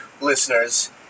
listeners